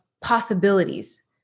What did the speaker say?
possibilities